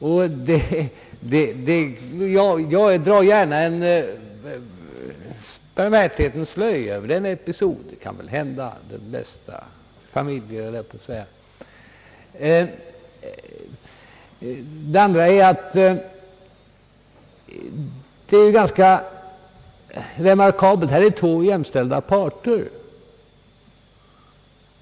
Jag drar gärna en barmhärtighetens slöja över denna episod — sådant kan väl hända i de bästa familjer, höll jag på att säga. Här är det fråga om två jämställda parter.